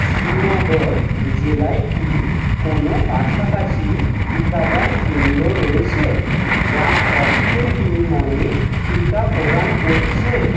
শ্রীনগর জেলায় কি কোনও কাছাকাছি টিকাদান কেন্দ্র রয়েছে যা অর্থের বিনিময়ে টিকা প্রদান করছে